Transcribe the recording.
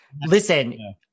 listen